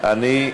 אני בא.